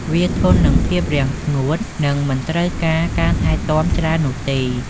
វាធន់នឹងភាពរាំងស្ងួត និងមិនត្រូវការការថែទាំច្រើននោះទេ។